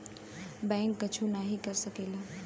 bank कुच्छो नाही कर सकेला